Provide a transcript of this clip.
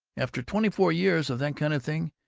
after twenty-four years of that kind of thing,